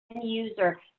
user